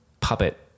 puppet